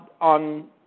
on